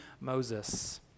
Moses